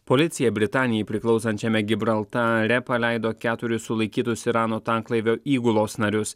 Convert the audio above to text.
policija britanijai priklausančiame gibraltare paleido keturis sulaikytus irano tanklaivio įgulos narius